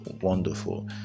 wonderful